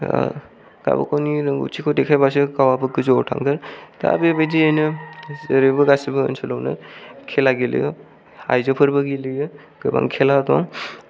गाव गावनि रोंगौथिखौ देखायबासो गावाबो गोजौआव थांगोन दा बेबायदियैनो जेरैबो गासैबो ओनसोलावनो खेला गेलेयो आयजोफोरबो गेलेयो गोबां खेला दं